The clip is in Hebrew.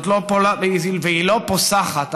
והיא לא פוסחת,